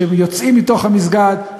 שיוצאים מתוך המסגד,